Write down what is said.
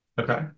okay